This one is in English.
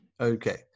Okay